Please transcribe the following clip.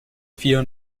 vier